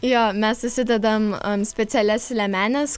jo mes susidedam am specialias liemenes